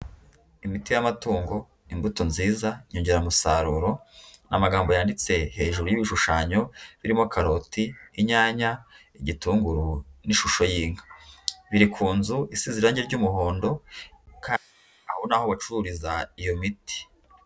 Imiti y'amatungo, imbuto nziza, inyongeramusaruro, ni amagambo yanditse hejuru y'ibishushanyo birimo karoti, inyanya, igitunguru n'ishusho y'inka. Biri ku nzu isize irangi ry'umuhondo kandi aho ni aho bacururiza iyo miti.